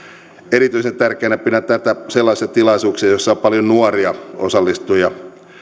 erityisen tärkeänä pidän tätä sellaisissa tilaisuuksissa joissa on paljon nuoria osallistujia